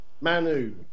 Manu